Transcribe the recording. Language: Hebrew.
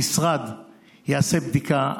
המשרד יעשה בדיקה.